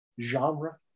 genre